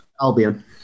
Albion